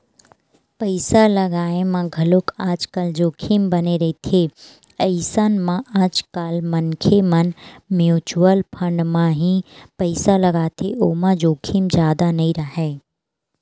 पइसा लगाय म घलोक आजकल जोखिम बने रहिथे अइसन म आजकल मनखे मन म्युचुअल फंड म ही पइसा लगाथे ओमा जोखिम जादा नइ राहय